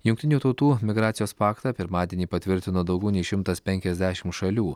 jungtinių tautų migracijos paktą pirmadienį patvirtino daugiau nei šimtas penkiasdešim šalių